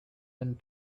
and